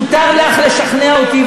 מותר לך לשכנע אותי,